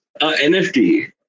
NFT